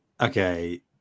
okay